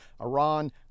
Iran